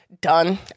done